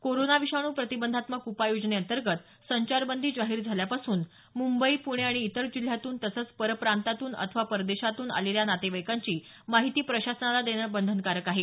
corona विषाणू प्रतिबंधात्मक उपाय योजनेअंतर्गत संचारबंदी जाहीर झाल्यापासून मुंबई पुणे आणि इतर जिल्ह्यातून तसेच परप्रांतातून अथवा परदेशातून आलेल्या नातेवाईकांची माहिती प्रशासनाला देण बंधनकारक आहे